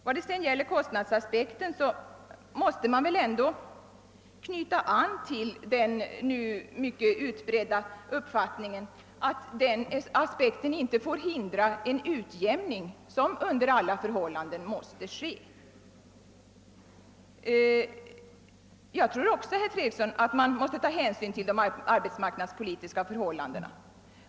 Vad sedan gäller kostnadsaspekten så måste man väl ändå knyta an till den nu mycket utbredda uppfattningen att sådana hänsyn inte får förhindra den utjämning, som under alla förhållanden måste ske. Jag tror också, herr Fredriksson, att man måste ta hänsyn till de arbetsmarknadspolitiska förhållandena.